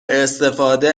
استفاده